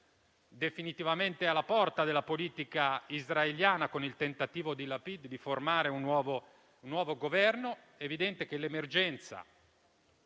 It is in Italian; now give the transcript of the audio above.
definitivamente alla porta della politica israeliana, con il tentativo di Lapid di formare un nuovo Governo. L'emergenza